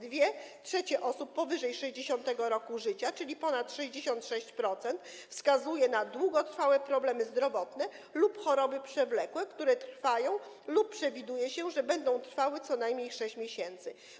Dwie trzecie osób powyżej 60. roku życia, czyli ponad 66%, wskazuje na długotrwałe problemy zdrowotne lub choroby przewlekłe, które trwają - lub przewiduje się, że będą trwały - co najmniej 6 miesięcy.